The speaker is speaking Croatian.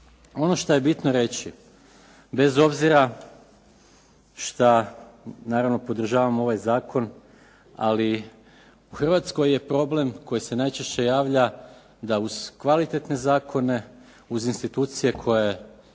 Ono što je bitno reći bez obzira što naravno podržavamo ovaj zakon, ali u Hrvatskoj je problem koji se najčešće javlja da uz kvalitetne zakone, uz institucije koje